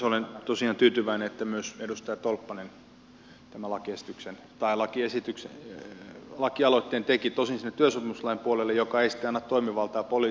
olen tosiaan tyytyväinen että myös edustaja tolppanen tämän lakialoitteen teki tosin sinne työsopimuslain puolelle joka ei sitten anna toimivaltaa poliisille